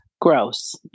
Gross